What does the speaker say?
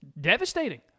devastating